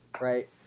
Right